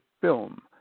film